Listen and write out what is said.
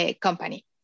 company